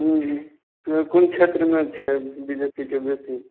हुँ कोन क्षेत्रमे छै बीजेपीके बेसी